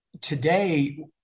Today